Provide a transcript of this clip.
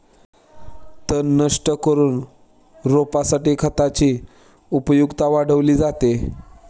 तण नष्ट करून रोपासाठी खतांची उपयुक्तता वाढवली जाते